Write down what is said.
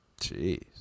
Jeez